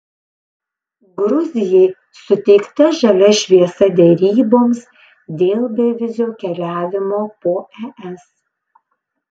gruzijai suteikta žalia šviesa deryboms dėl bevizio keliavimo po es